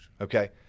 Okay